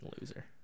loser